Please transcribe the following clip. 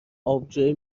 آبجوی